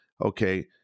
Okay